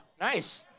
nice